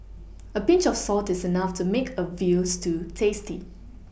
a Pinch of salt is enough to make a veal stew tasty